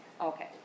Okay